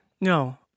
No